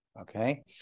Okay